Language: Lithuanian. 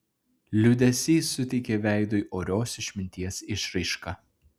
liūdesys suteikė veidui orios išminties išraišką